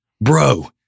bro